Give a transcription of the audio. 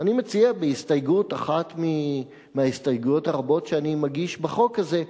אני מציע בהסתייגות אחת מההסתייגויות הרבות שאני מגיש בחוק הזה,